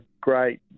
great